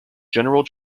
general